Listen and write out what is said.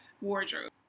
wardrobe